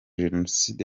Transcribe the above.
jenoside